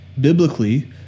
Biblically